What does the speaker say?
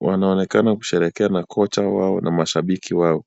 Wanaonekana kusherehekea na kocha wao na mashabiki wao.